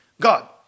God